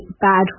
bad